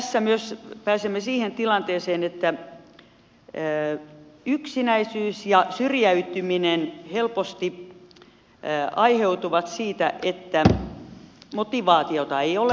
tässä myös pääsemme siihen tilanteeseen että yksinäisyys ja syrjäytyminen helposti aiheutuvat siitä että motivaatiota ei ole